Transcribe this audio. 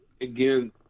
again